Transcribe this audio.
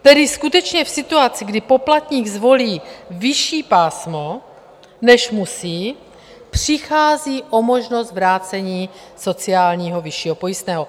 Tedy skutečně v situaci, kdy poplatník zvolí vyšší pásmo, než musí, přichází o možnost vrácení sociálního vyššího pojistného.